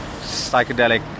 psychedelic